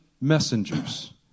messengers